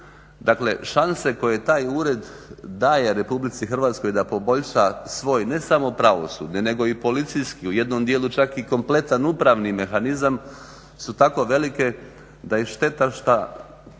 Dakle šanse koje taj ured daje RH da poboljša svoj ne samo pravosudni nego i policijski, u jednom dijelu čak i kompletan upravni mehanizam su tako velike da je šteta što zbog